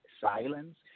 silence